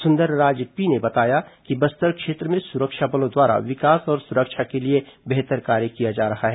Sundarraj P ने बताया कि बस्तर क्षेत्र में सुरक्षा बलों द्वारा विकास और सुरक्षा के लिए बेहतर कार्य किया जा रहा है